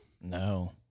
No